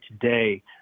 today